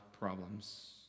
problems